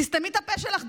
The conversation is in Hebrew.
תסתמי את הפה שלך.